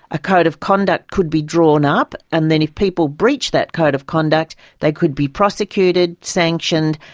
a code of conduct could be drawn up, and then if people breach that code of conduct they could be prosecuted, sanctioned,